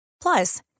Plus